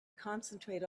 concentrate